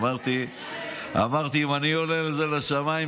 אמרתי: אם אני עולה עם זה לשמיים,